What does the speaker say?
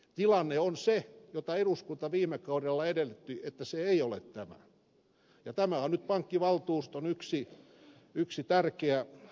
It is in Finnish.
tilanne on tämä vaikka eduskunta viime kaudella edellytti että se ei ole tämä ja tämä on nyt yksi pankkivaltuuston tärkeistä asioista